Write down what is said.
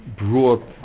brought